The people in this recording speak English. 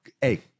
Hey